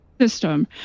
system